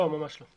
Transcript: לא, ממש לא.